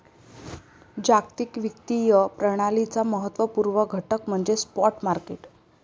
जागतिक वित्तीय प्रणालीचा महत्त्व पूर्ण घटक म्हणजे स्पॉट मार्केट